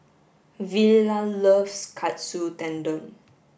Villa loves Katsu Tendon